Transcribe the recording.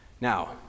Now